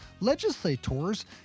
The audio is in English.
legislators